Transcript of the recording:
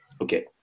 Okay